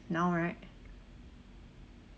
now right